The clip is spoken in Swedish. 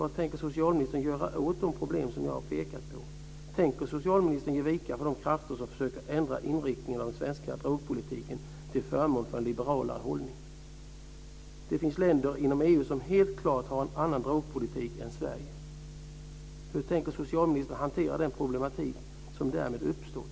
Det finns länder inom EU som helt klart har en annan drogpolitik än Sverige. Hur tänker socialministern hantera den problematik som därmed uppstått?